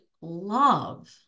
love